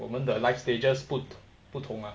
我们的 life stages 不不同啊